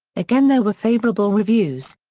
again there were favourable reviews.